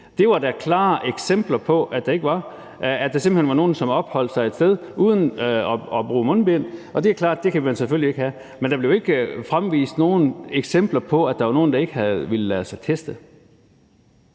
Det var der klare eksempler på, altså at der simpelt hen var nogle, som opholdt sig et sted uden at bruge mundbind. Det er klart, at det kan man selvfølgelig ikke have. Men der blev ikke fremvist nogen eksempler på, at der var nogle, der ikke havde villet lade sig teste.